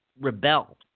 rebel